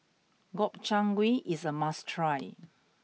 Gobchang Gui is a must try